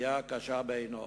מפגיעה קשה בעינו.